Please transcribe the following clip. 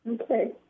Okay